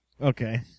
Okay